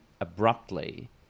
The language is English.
abruptly